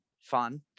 fun